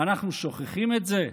אנחנו שוכחים את זה?